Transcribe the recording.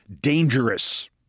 Dangerous